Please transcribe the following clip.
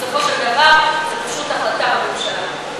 בסופו של דבר זו פשוט החלטת ממשלה.